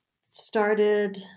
started